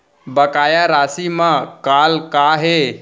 बकाया राशि मा कॉल का हे?